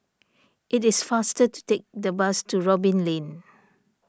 it is faster to take the bus to Robin Lane